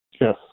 Yes